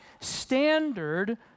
standard